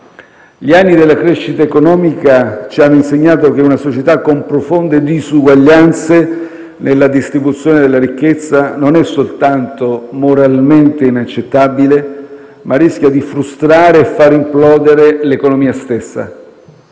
Gli anni della crescita economica ci hanno insegnato che una società con profonde disuguaglianze nella distribuzione della ricchezza non è soltanto moralmente inaccettabile, ma rischia di frustrare e fare implodere l'economia stessa.